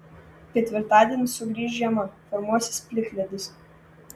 ketvirtadienį sugrįš žiema formuosis plikledis